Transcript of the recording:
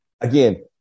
Again